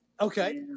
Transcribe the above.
Okay